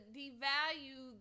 devalue